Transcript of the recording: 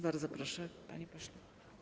Bardzo proszę, panie pośle.